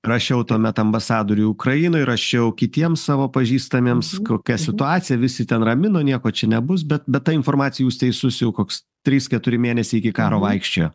rašiau tuomet ambasadoriui ukrainoj rašiau kitiems savo pažįstamiems kokia situacija visi ten ramino nieko čia nebus bet bet ta informacija jūs teisus jau koks trys keturi mėnesiai iki karo vaikščiojo